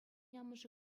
амӑшӗ